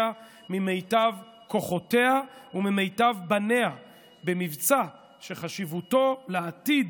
ממיטב כוחותיה וממיטב בניה במבצע שחשיבותו לעתיד